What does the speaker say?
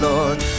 Lord